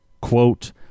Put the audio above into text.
quote